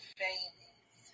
famous